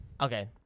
Okay